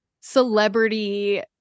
celebrity